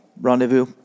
Rendezvous